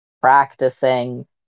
practicing